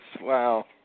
Wow